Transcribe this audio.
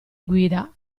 guida